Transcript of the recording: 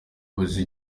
ubuze